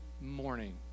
morning